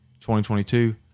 2022